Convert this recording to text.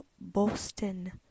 Boston